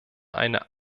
eine